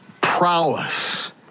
prowess